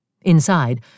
Inside